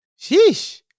sheesh